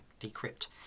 decrypt